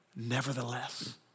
Nevertheless